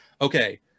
okay